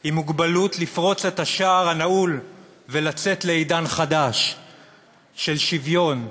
עם מוגבלות לפרוץ את השער הנעול ולצאת לעידן חדש של שוויון,